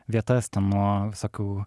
vietas ten nuo visokių